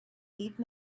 leave